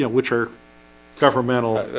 yeah which are governmental,